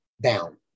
down